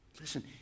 Listen